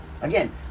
Again